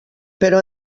però